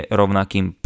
rovnakým